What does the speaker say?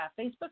Facebook